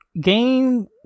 game